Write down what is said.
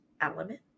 element